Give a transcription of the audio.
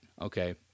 Okay